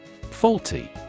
Faulty